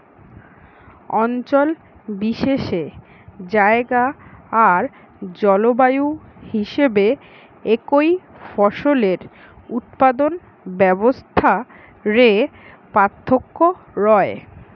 অঞ্চল বিশেষে জায়গা আর জলবায়ু হিসাবে একই ফসলের উৎপাদন ব্যবস্থা রে পার্থক্য রয়